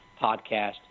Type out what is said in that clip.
podcast